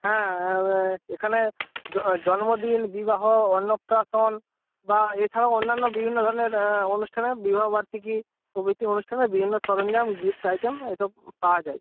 হ্যাঁ এখানে জন্মদিন বিবাহ অন্নপ্রাশন বা এছাড়াও অন্যান্য বিভিন্ন ধরনের অনুষ্ঠানে বিবাহবার্ষিকী প্রভৃতি অনুষ্ঠানের বিভিন্ন সরঞ্জাম গিফট আইটেম এসব পাওয়া যায়